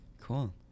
Cool